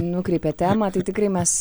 nukreipė temą tai tikrai mes